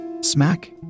Smack